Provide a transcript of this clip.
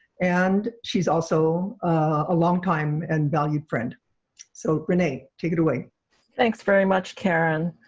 and she's also a longtime and valued friend so renee take it away thanks very much karen,